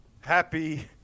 happy